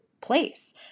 place